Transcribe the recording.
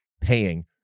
paying